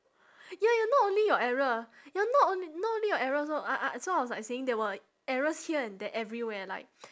ya not only your error ah ya not only not only your error so I I so I was like saying there were errors here and there everywhere like